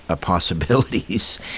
possibilities